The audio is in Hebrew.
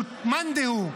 של מאן דהוא,